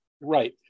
Right